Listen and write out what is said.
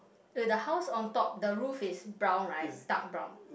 eh the house on top the roof is brown right dark brown